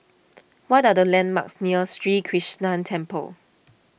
what are the landmarks near Sri Krishnan Temple